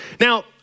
Now